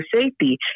safety